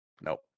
Nope